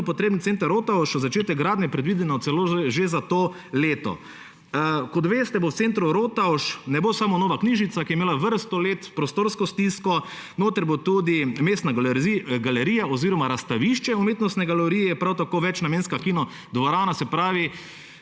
potreben Center Rotovž, začetek gradnje je predviden celo že za to leto. Kot veste, v Centru Rotovž ne bo samo nova knjižnica, ki je imela vrsto let prostorsko stisko, tam bo tudi mestna galerija oziroma razstavišče Umetnostne galerije, prav tako večnamenska kinodvorana. Se pravi,